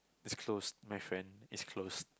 is close my friend is close